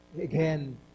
again